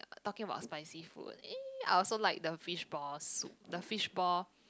talking about spicy food eh I also like the fishball soup the fishball